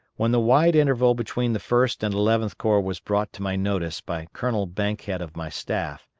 when the wide interval between the first and eleventh corps was brought to my notice by colonel bankhead of my staff,